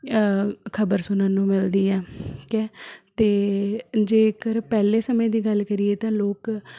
ਖ਼ਬਰ ਸੁਣਨ ਨੂੰ ਮਿਲਦੀ ਹੈ ਠੀਕ ਹੈ ਅਤੇ ਜੇਕਰ ਪਹਿਲੇ ਸਮੇਂ ਦੀ ਗੱਲ ਕਰੀਏ ਤਾਂ ਲੋਕ